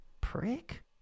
prick